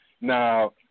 Now